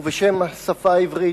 ובשם השפה העברית,